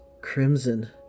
crimson